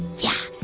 yeah.